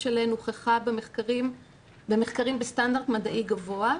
שלהן הוכחה במחקרים בסטנדרט מדעי גבוה,